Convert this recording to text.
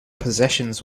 possessions